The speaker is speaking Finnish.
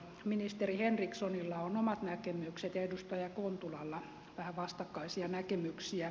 ministeri henrikssonilla on omat näkemykset ja edustaja kontulalla vähän vastakkaisia näkemyksiä